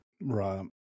Right